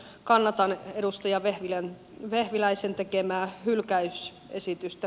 kannatan edustaja vehviläisen tekemää hylkäysesitystä